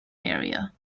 area